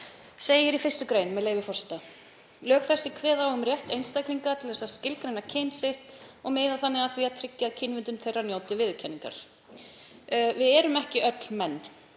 segir í 1. gr., með leyfi forseta: „Lög þessi kveða á um rétt einstaklinga til þess að skilgreina kyn sitt og miða þannig að því að tryggja að kynvitund þeirra njóti viðurkenningar.“ Við erum ekki öll menn.